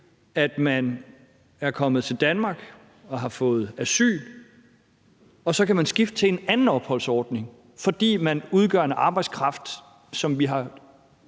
at man er kommet til Danmark og har fået asyl, og at man så kan skifte til en anden opholdsordning, fordi man udgør en arbejdskraft, som vi har